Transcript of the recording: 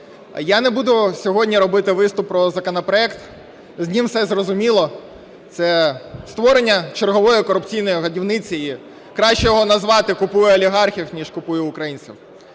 Я не буду сьогодні робити виступ про законопроект, з ним все зрозуміло, це створення чергової корупційної годівниці, кращого назвати "Купуй у олігархів" ніж "Купуй у українців".